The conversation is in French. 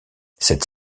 cette